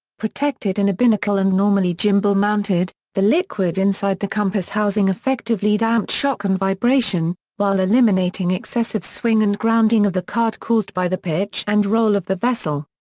protected in a binnacle and normally gimbal-mounted, the liquid inside the compass housing effectively damped shock and vibration, while eliminating excessive swing and grounding of the card caused by the pitch and roll of the vessel.